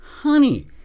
Honey